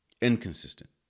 inconsistent